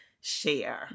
share